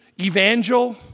Evangel